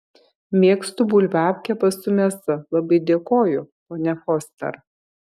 mėgstu bulvių apkepą su mėsa labai dėkoju ponia foster